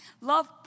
Love